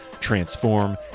transform